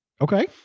Okay